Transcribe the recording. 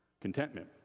Contentment